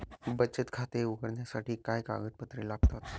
बचत खाते उघडण्यासाठी काय कागदपत्रे लागतात?